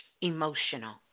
emotional